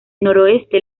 noroeste